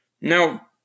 Now